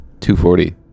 240